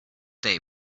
day